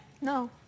No